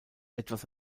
etwas